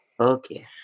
Okay